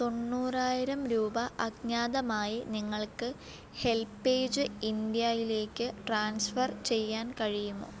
തൊണ്ണൂറായിരം രൂപ അജ്ഞാതമായി നിങ്ങൾക്ക് ഹെൽപ്പേജ് ഇന്ത്യായിലേക്ക് ട്രാൻസ്ഫർ ചെയ്യാൻ കഴിയുമോ